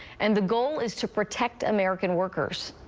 and the goal is to protect american workers.